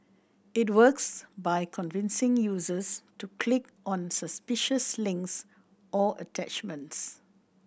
it works by convincing users to click on suspicious links or attachments